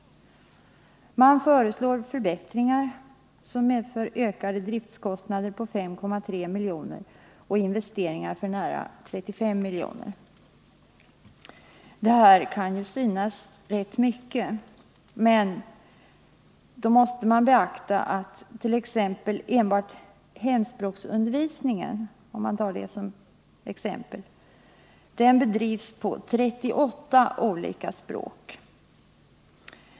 Man föreslår förbättringar som medför ökade driftkostnader på 5,3 miljoner och investeringar för nära 35 miljoner. Detta kan synas vara rätt mycket. Men då måste man beakta att enbart hemspråksundervisningen — om man tar den som exempel — bedrivs på 38 olika språk.